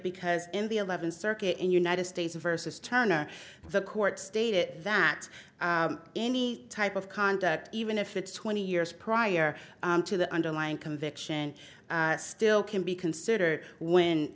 because in the eleventh circuit and united states versus turner the court stated that any type of conduct even if it's twenty years prior to the underlying conviction still can be considered when